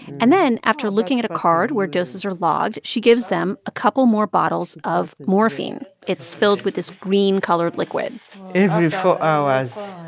and then, after looking at a card where doses are logged, she gives them a couple more bottles of morphine. it's filled with this green-colored liquid every four hours,